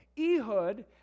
Ehud